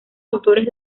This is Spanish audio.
autores